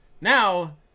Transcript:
Now